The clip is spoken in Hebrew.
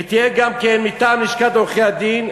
ותהיה גם מטעם לשכת עורכי-הדין,